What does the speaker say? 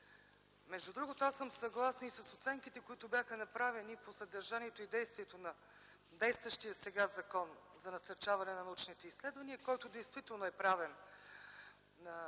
Между другото, аз съм съгласна и с оценките, които бяха направени по съдържанието и действието на действащия сега Закон за насърчаване на научните изследвания. Той действително е правен